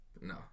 No